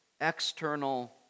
external